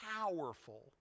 powerful